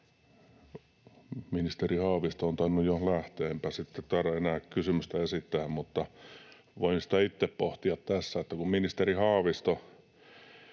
Ministeri Haavisto on tainnut jo lähteä, enpä sitten taida enää kysymystä esittää, mutta voin sitä itse pohtia tässä: